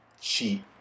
cheat